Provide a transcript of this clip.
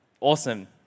awesome